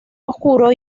oscuro